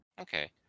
Okay